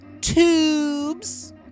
tubes